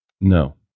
No